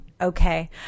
Okay